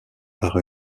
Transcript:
par